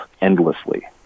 endlessly